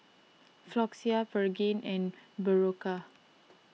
Floxia Pregain and Berocca